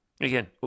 Again